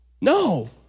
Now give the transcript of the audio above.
No